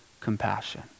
compassion